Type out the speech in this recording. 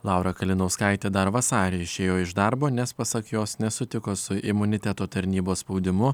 laura kalinauskaitė dar vasarį išėjo iš darbo nes pasak jos nesutiko su imuniteto tarnybos spaudimu